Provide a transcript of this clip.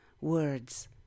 words